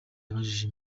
yabajije